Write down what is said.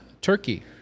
turkey